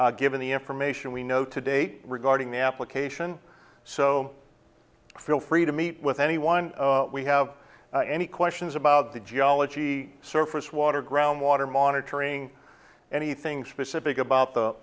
answers given the information we know today regarding the application so feel free to meet with anyone we have any questions about the geology surface water groundwater monitoring anything specific about the